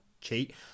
cheat